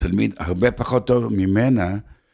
תלמיד הרבה פחות טוב ממנה.